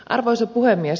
arvoisa puhemies